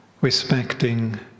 respecting